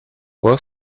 were